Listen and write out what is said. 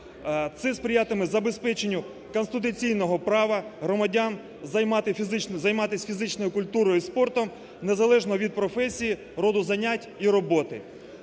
Це сприятиме забезпеченню конституційного права громадян займатись фізичною культурою і спортом незалежно від професії, роду занять і роботи.